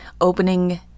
opening